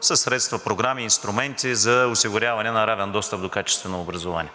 средства, програми и инструменти за осигуряване на равен достъп до качествено образование.